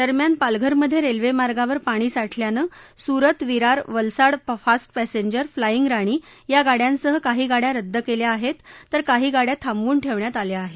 दरम्यान पालघरमध्ये रेल्वेमार्गावर पाणी साठल्यानं Surat Virar Valsad fast passenger flying Rani या गाड्यांसह काही गाड्या रद्द केल्या आहेत तर काही गाड्या थांबवून ठेवण्यात आल्या आहेत